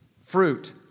fruit